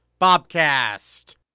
Bobcast